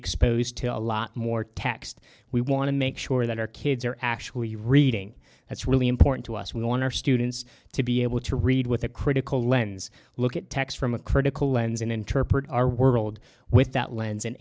exposed to a lot more text we want to make sure that our kids are actually reading that's really important to us we want our students to be able to read with a critical lens look at text from a critical lens and interpret our world with that lens and